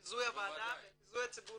זה ביזוי הוועדה וביזוי הציבור